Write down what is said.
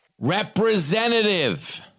Representative